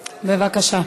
בבקשה.